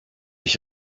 ich